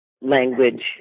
language